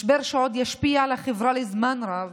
משבר שעוד ישפיע על החברה לזמן רב,